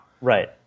Right